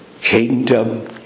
kingdom